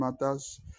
matters